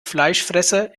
fleischfresser